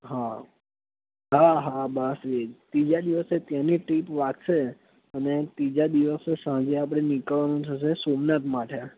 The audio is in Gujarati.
હ હા હા બસ એ જ ત્રીજા દિવસે ત્યાંની ટ્રીપ વાગશે અને ત્રીજા દિવસે સાંજે આપણે નીકળવાનું થશે સોમનાથ માટે